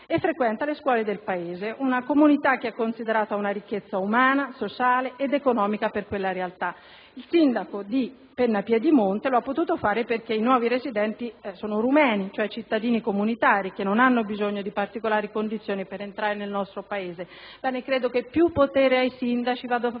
e frequenta le scuole del paese: una comunità che è considerata una ricchezza umana, sociale ed economica per quella realtà. Il sindaco di Pennapiedimonte ha potuto farlo perché i nuovi residenti sono romeni, cioè cittadini comunitari che non hanno bisogno di particolari condizioni per entrare nel nostro Paese. Ebbene, credo che vada dato più potere ai sindaci, ma